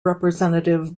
representative